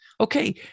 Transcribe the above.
Okay